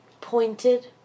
pointed